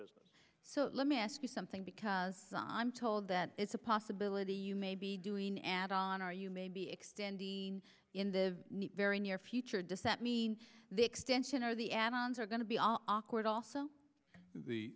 business so let me ask you something because i'm told that it's a possibility you may be doing an add on or you may be extended in the very near future does that mean the extension or the add ons are going to be awkward also